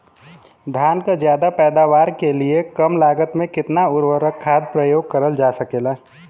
धान क ज्यादा पैदावार के लिए कम लागत में कितना उर्वरक खाद प्रयोग करल जा सकेला?